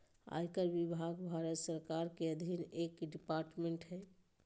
आयकर विभाग भारत सरकार के अधीन एक डिपार्टमेंट हय